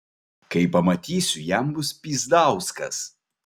kai pamatysiu jam bus pyzdauskas